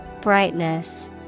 Brightness